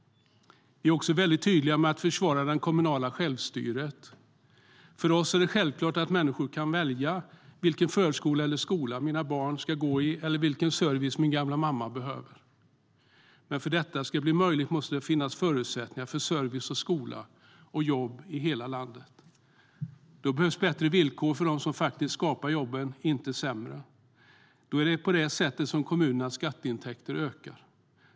Vi är också väldigt tydliga med att försvara det kommunala självstyret. För mig och Centerpartiet är det självklart att människor ska kunna välja vilken förskola eller skola deras barn ska gå i eller vilken service gamla mamma behöver. Men för att det ska bli möjligt måste det finnas förutsättningar för service, skola och jobb i hela landet. Det behövs bättre villkor för dem som faktiskt skapar jobben, inte sämre villkor. Det är på det sättet kommunernas skatteintäkter ökar.